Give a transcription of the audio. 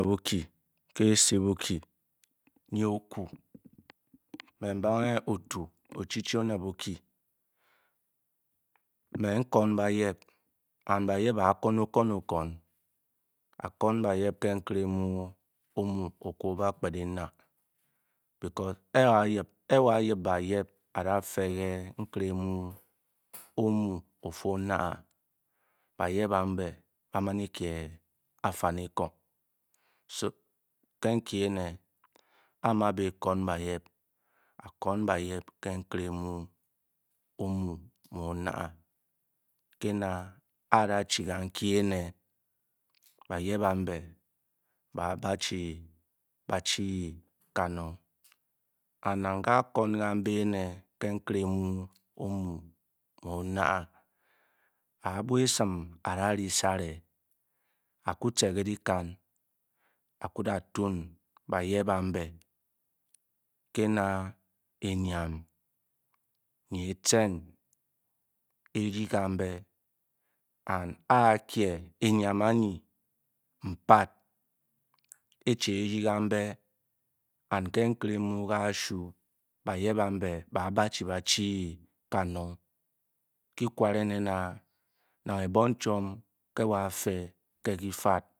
Bukyi ke esi bukyi nyi oku mé nbangé out o'chi-chi onet bukyi me nkwon báyep. and ba yip bá kwon o-kwon-kwon. a'kwon ke nkéré mu omu-o-ku o'ba kped énà ke'na ké wo a'yip ba yip a'kwon ke nkéré omu' ofu-o nàà ba'yep a'bé ba'man ekyé afanikong. ké nkyi ene ke a'bwa ekwong ba'yep. a'kwon ke' nkere omú-omú o náá ke'na a' da'-chi kan kyi ene ba'yep a'bé bá dá-chi ba chi kanong nang ke' a' kwon ke nkere mu omu'-mu-ó naá a' bwa esim a' da' risáre a' ku tca ké nyikan a' da' tun ba'yep a'bé ke'na enyam nyi e-in eryi kanbé and a'kye enzyme anyi npat e- chi e ryi kan'be and ké nkere mu' kásh ba'yep nbé bàà da'-chi bafchi kanong. kyi kaware nen a' nang ebong chwon ké wo. a'fe ke kyi fad